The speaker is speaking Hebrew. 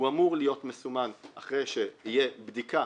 הוא אמור להיות מסומן אחרי שתהיה בדיקה